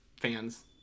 fans